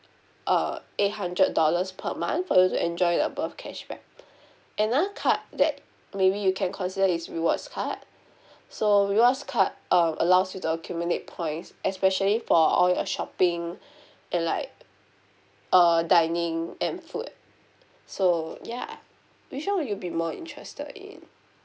uh eight hundred dollars per month for you to enjoy the above cashback another card that maybe you can consider is rewards card so rewards card uh allows you to accumulate points especially for all your shopping and like uh dining and food so ya which [one] will you be more interested in